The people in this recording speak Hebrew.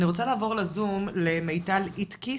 אני רוצה לעבור לזום, למיטל איטקיס,